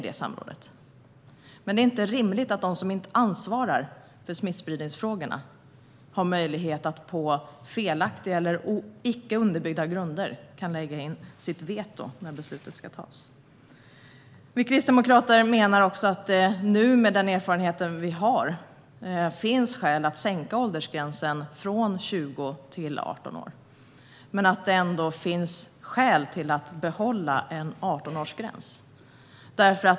Det är dock inte rimligt att de som inte har ansvar för smittspridningsfrågorna på felaktiga eller icke-underbyggda grunder kan lägga in sitt veto när beslutet ska tas. Vi kristdemokrater menar att det nu, med den erfarenhet vi har, finns skäl att sänka åldersgränsen från 20 till 18 år men att det finns skäl att behålla en 18-årsgräns.